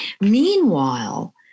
Meanwhile